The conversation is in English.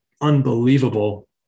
unbelievable